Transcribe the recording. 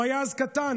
הוא היה אז קטן,